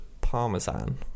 parmesan